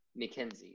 McKinsey